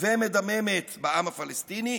ומדממת בעם הפלסטיני?